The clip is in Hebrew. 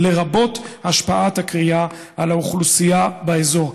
לרבות השפעת הכרייה על האוכלוסייה באזור.